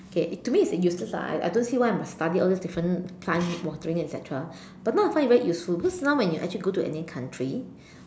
okay to me it's useless I I don't see why I must study all those different plant watering et cetera but now I find it very useful because now when you actually go to any country